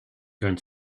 going